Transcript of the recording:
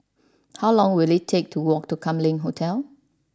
how long will it take to walk to Kam Leng Hotel